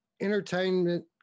entertainment